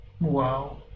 Wow